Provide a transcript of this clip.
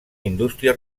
indústria